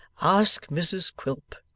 ask mrs quilp,